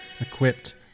equipped